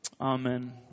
Amen